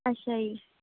ਅੱਛਾ ਜੀ